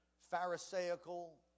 pharisaical